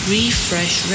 Refresh